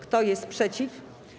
Kto jest przeciw?